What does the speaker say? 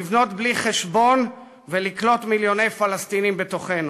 לבנות בלי חשבון ולקלוט מיליוני פלסטינים בתוכנו,